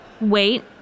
Wait